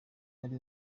ari